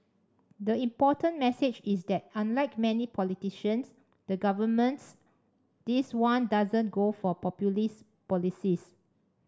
the important message is that unlike many politicians the governments this one doesn't go for populist policies